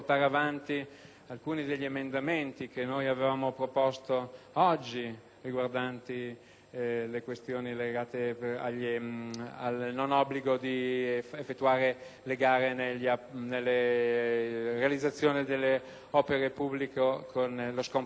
alcuni emendamenti da noi proposti oggi relativi alle questioni legate al non obbligo di effettuare gare per la realizzazione delle opere pubbliche con lo scomputo di oneri.